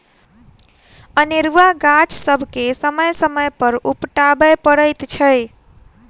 अनेरूआ गाछ सभके समय समय पर उपटाबय पड़ैत छै